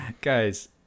guys